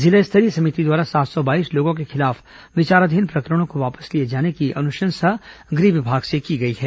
जिला स्तरीय समिति द्वारा सात सौ बाईस लोगों के खिलाफ विचाराधीन प्रकरणों को वापस लिए जाने की अनुशंसा गृह विभाग से की गई है